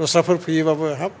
दस्राफोर फैयोबाबो हाब